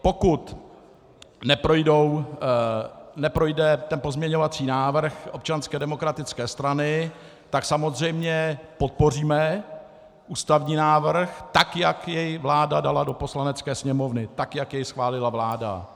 Pokud neprojde ten pozměňovací návrh Občanské demokratické strany, tak my samozřejmě podpoříme ústavní návrh, tak jak jej vláda dala do Poslanecké sněmovny, tak jak jej schválila vláda.